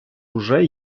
уже